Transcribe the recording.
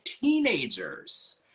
teenagers